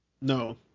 No